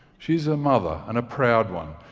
she's a mother, and a proud one.